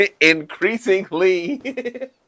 Increasingly